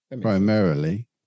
Primarily